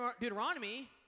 Deuteronomy